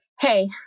Hey